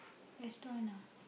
restaurant ah